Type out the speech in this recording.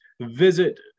Visit